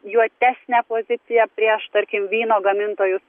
juotesnę poziciją prieš tarkim vyno gamintojus